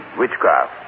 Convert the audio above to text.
witchcraft